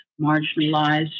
marginalized